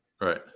Right